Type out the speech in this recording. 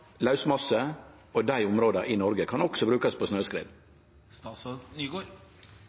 og lausmassar i Noreg? Han kan også brukast på